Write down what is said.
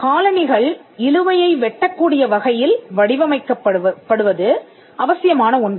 காலணிகள் இழுவையை வெட்டக் கூடிய வகையில் வடிவமைக்கப்படுவது அவசியமான ஒன்று